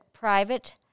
private